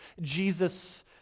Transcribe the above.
Jesus